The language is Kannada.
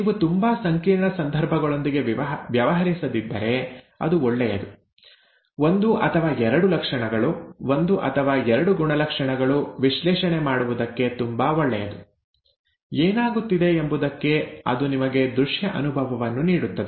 ನೀವು ತುಂಬಾ ಸಂಕೀರ್ಣ ಸಂದರ್ಭಗಳೊಂದಿಗೆ ವ್ಯವಹರಿಸದಿದ್ದರೆ ಅದು ಒಳ್ಳೆಯದು ಒಂದು ಅಥವಾ ಎರಡು ಲಕ್ಷಣಗಳು ಒಂದು ಅಥವಾ ಎರಡು ಗುಣಲಕ್ಷಣಗಳು ವಿಶ್ಲೇಷಣೆ ಮಾಡುವುದಕ್ಕೆ ತುಂಬಾ ಒಳ್ಳೆಯದು ಏನಾಗುತ್ತಿದೆ ಎಂಬುದಕ್ಕೆ ಅದು ನಿಮಗೆ ದೃಶ್ಯ ಅನುಭವವನ್ನು ನೀಡುತ್ತದೆ